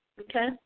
Okay